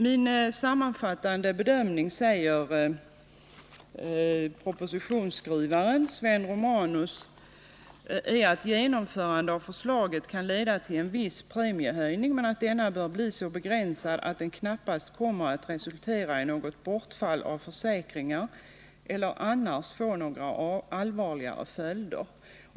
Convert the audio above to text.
Min sammanfattande bedömning, säger propositionsskrivaren Sven Romanus, är att ett genomförande av förslaget kan leda till en viss premiehöjning men att denna bör bli så begränsad att den knappast kommer att resultera i något bortfall av försäkringar eller annars få några allvarligare följder.